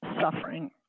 suffering